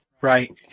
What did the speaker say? Right